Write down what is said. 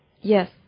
Yes